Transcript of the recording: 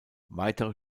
weitere